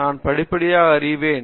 நான் படிப்படியாக அறிவேன்